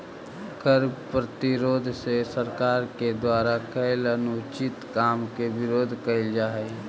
कर प्रतिरोध से सरकार के द्वारा कैल अनुचित काम के विरोध कैल जा हई